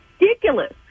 ridiculous